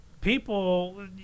people